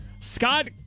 Scott